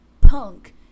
punk